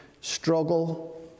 struggle